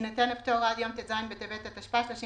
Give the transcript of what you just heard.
יינתן הפטור עד יום ט"ז בטבת התשפ"א (31